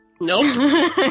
nope